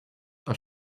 are